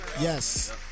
Yes